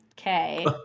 okay